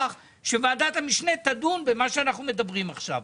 שוועדת המשנה תדון בדברים שאנחנו מעלים עכשיו.